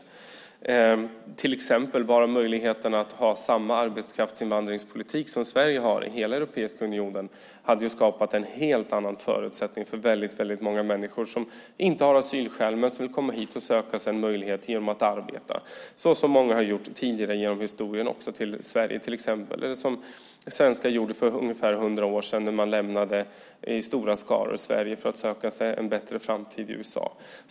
Det gäller till exempel möjligheten att ha samma arbetskraftsinvandringspolitik som Sverige har i hela Europeiska unionen. Det hade skapat en helt annan förutsättning för väldigt många människor som inte har asylskäl men som vill komma hit och söka sig en möjlighet genom att arbeta. Det har också många gjort tidigare genom historien genom att till exempel komma till Sverige eller genom att göra som svenskar gjorde för ungefär 100 år sedan när de i stora skaror lämnade Sverige för att söka sig en bättre framtid i USA.